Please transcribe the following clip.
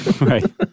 Right